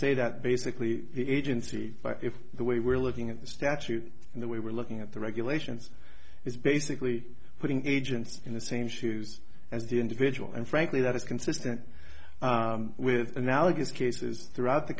say that basically the agency by the way we're looking at the statute and the way we're looking at the regulations is basically putting agents in the same shoes as the individual and frankly that is consistent with analogous cases throughout the